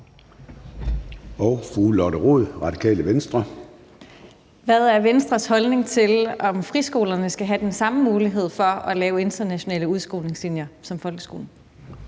13:56 Lotte Rod (RV): Hvad er Venstres holdning til, om friskolerne skal have den samme mulighed for at lave internationale udskolingslinjer som folkeskolen?